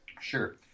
Sure